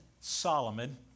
Solomon